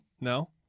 No